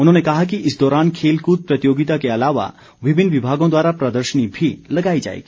उन्होंने कहा कि इस दौरान खेलकूद प्रतियोगिता के अलावा विभिन्न विभागों द्वारा प्रदर्शनी भी लगाई जाएगी